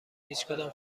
هیچکدام